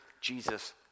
Jesus